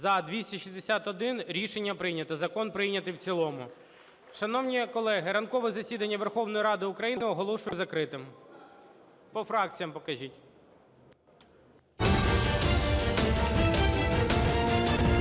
За-261 Рішення прийнято. Закон прийнятий в цілому. Шановні колеги, ранкове засідання Верховної Ради України оголошую закритим. По фракціях покажіть.